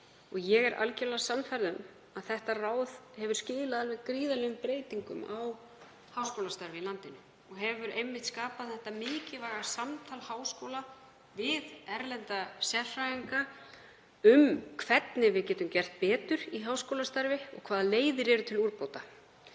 Ég er algjörlega sannfærð um að það ráð hefur skilað alveg gríðarlegum breytingum á háskólastarfi í landinu og hefur einmitt skapað mikilvægt samtal háskóla við erlenda sérfræðinga um hvernig við getum gert betur í háskólastarfi og hvaða leiðir eru til úrbóta.